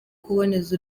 kuboneza